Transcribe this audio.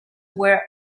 were